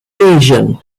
lesion